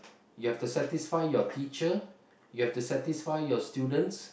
you have to satisfy your teacher you have satisfy your students